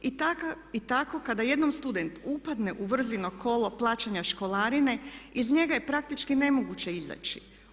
I tako kada jednom student upadne u vrzino kolo plaćanja školarine iz njega je praktički nemoguće izaći.